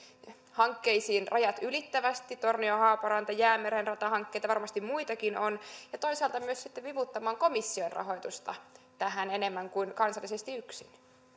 hankkeisiin rajat ylittävästi tornio haaparanta jäämeren ratahankkeet ja varmasti muitakin on ja toisaalta myös sitten vivuttamaan komission rahoitusta tähän enemmän kuin kansallisesti yksin